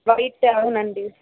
white అవునండి